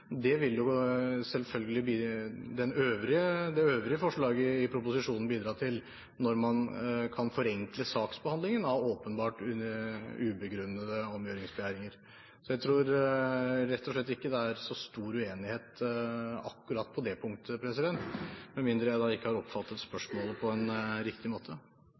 Det vil selvfølgelig det øvrige forslaget i proposisjonen bidra til når man kan forenkle saksbehandlingen av åpenbart ubegrunnede omgjøringsbegjæringer. Jeg tror rett og slett ikke det er så stor uenighet på akkurat det punktet, med mindre jeg har oppfattet spørsmålet på en uriktig måte.